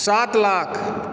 सात लाख